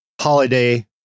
holiday